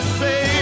say